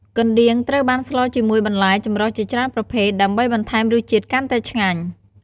កណ្ដៀងត្រូវបានស្លជាមួយបន្លែចម្រុះជាច្រើនប្រភេទ ដើម្បីបន្ថែមរសជាតិកាន់តែឆ្ងាញ់។